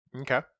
Okay